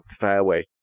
fairway